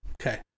okay